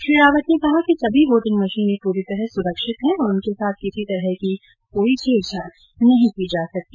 श्री रावत ने कहा कि सभी वोटिंग मशीनें पूरी तरह सुरक्षित हैं और उनके साथ किसी तरह की कोई छेड़छाड़ नहीं की जा सकती